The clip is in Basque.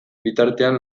bitartean